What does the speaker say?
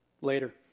later